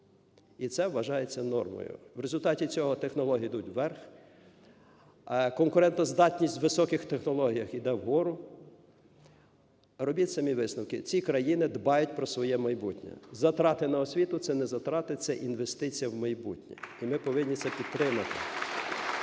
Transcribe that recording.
І це вважається нормою. В результаті цього технології йдуть вверх, конкурентоздатність високих технологій іде вгору. Робіть самі висновки. Ці країни дбають про своє майбутнє. Затрати на освіту – це не затрати, це інвестиція в майбутнє. (Оплески) І ми повинні це підтримати.